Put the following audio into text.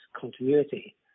continuity